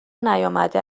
نیامده